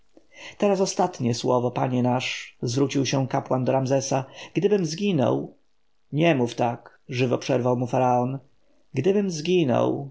teraz ostatnie słowo panie nasz zwrócił się kapłan do ramzesa gdybym zginął nie mów tak żywo przerwał mu faraon gdybym zginął